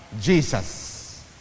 Jesus